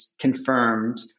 confirmed